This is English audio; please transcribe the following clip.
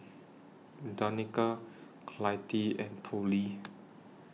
Danika Clytie and Tollie